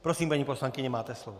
Prosím, paní poslankyně, máte slovo.